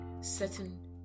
certain